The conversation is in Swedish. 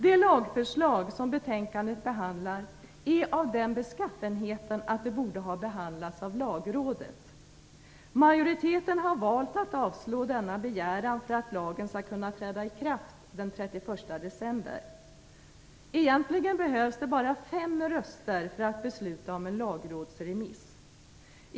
Det lagförslag som betänkandet behandlar är av den beskaffenheten att det borde ha behandlats av Lagrådet. Majoriteten har valt att avstyrka denna begäran för att lagen skall kunna träda i kraft den 31 december. Det behövs egentligen bara fem röster för att besluta om en lagrådsremiss.